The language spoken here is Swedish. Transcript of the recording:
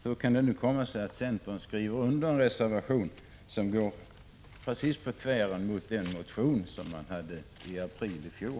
Hur kan det komma sig att centern går med på en reservation som går precis på tvären mot den motion som behandlades i april i fjol?